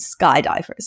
skydivers